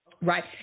right